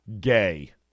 gay